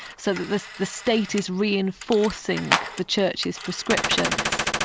so that the the state is reinforcing the church's prescriptions.